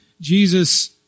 Jesus